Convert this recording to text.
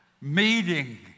meeting